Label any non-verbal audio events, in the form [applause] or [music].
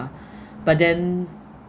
[breath] but then